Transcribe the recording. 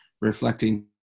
reflecting